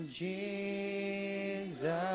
Jesus